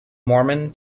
mormon